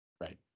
Right